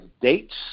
dates